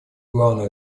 главную